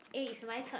eh it's my turn